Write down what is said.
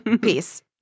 Peace